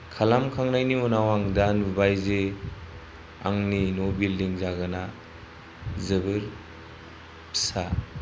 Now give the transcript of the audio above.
खालामखांनायनि उनाव आं दा नुबाय जे आंनि न' बिल्डिं जागोना जोबोर फिसा